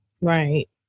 Right